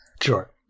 sure